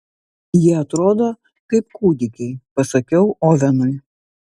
jie atrodo kaip kūdikiai pasakiau ovenui